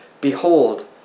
Behold